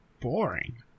boring